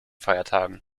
feiertagen